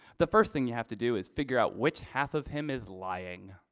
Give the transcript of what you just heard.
the first thing you have to do is figure out which half of him is lying.